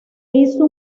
hizo